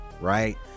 right